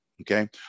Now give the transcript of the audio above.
Okay